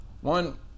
one